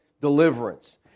deliverance